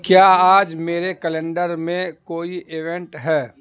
کیا آج میرے کلینڈر میں کوئی ایونٹ ہے